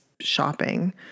shopping